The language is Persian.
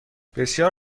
بسیار